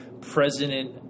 president